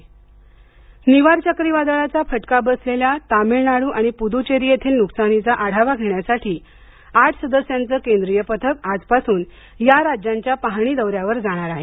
निवार चक्रीवादळ निवार चाक्रीवादळाचा फटका बसलेल्या तामिळनाडू आणि पुदुचेरी येथील नुकसानीचा आढावा घेण्यासाठी आठ सदस्यांचं केंद्रीय पथक आजपासून या राज्यांच्या पाहणी दौर्यावर जाणार आहे